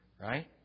Right